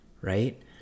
right